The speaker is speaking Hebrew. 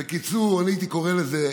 בקיצור, אני הייתי קורא לזה,